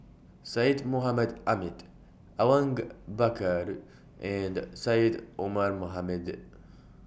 Syed Mohamed Ahmed Awang Bakar and Syed Omar Mohamed